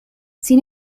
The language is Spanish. sin